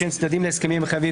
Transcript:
צדדים להסכמים המחייבים